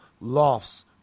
Lofts